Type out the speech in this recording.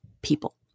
people